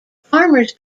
farmers